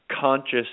conscious